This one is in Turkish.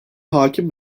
hakim